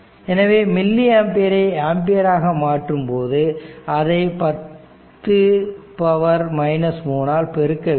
எனவே மில்லி ஆம்பியரை ஆம்பியர் ஆக மாற்றும் போது அதை 10 3 ஆல் பெருக்க வேண்டும்